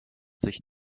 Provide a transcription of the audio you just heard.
sich